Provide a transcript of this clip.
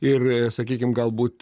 ir sakykim galbūt